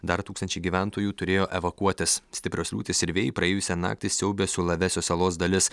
dar tūkstančiai gyventojų turėjo evakuotis stiprios liūtys ir vėjai praėjusią naktį siaubė sulavesio salos dalis